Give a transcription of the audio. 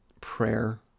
prayer